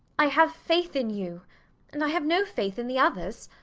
i have faith in you and i have no faith in the others.